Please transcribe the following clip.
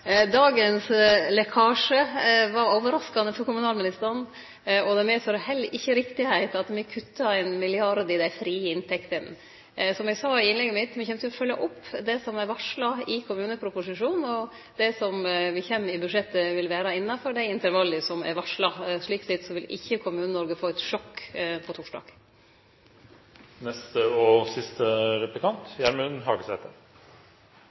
Dagens lekkasje var overraskande for kommunalministeren, og det er heller ikkje riktig at me kuttar 1 mrd. kr i dei frie inntektene. Som eg sa i innlegget mitt, kjem me til å følgje opp det som er varsla i kommuneproposisjonen. Og det me kjem med i budsjettet, vil vere innafor dei intervalla som er varsla. Slik sett vil ikkje Kommune-Noreg få eit sjokk på